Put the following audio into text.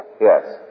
Yes